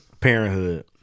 Parenthood